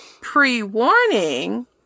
pre-warning